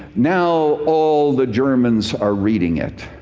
now all the german's are reading it.